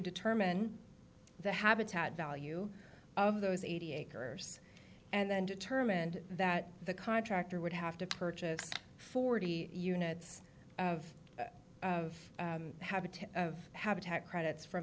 determine the habitat value of those eighty acres and then determined that the contractor would have to purchase forty units of of habitat of habitat credits f